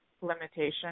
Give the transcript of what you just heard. limitation